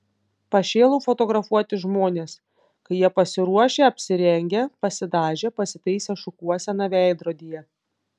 pašėlau fotografuoti žmones kai jie pasiruošę apsirengę pasidažę pasitaisę šukuoseną veidrodyje